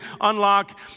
unlock